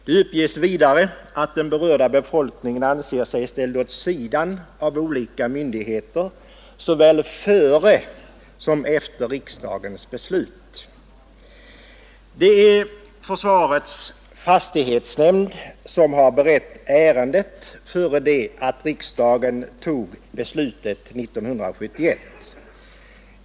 Det uppges vidare att den berörda befolkningen anser sig ha blivit ställd åt sidan av olika myndigheter såväl före som efter riksdagens beslut. Det är försvarets fastighetsnämnd som har berett ärendet innan riksdagen tog beslutet 1971.